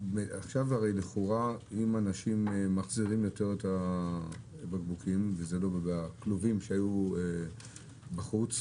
אם אנשים יחזירו יותר בקבוקים בכלובים שהיו בחוץ,